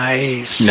Nice